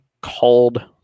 called